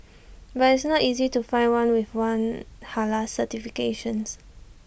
but IT is not easy to find one with one Halal certifications